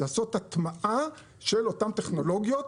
לעשות הטמעה של אותן טכנולוגיות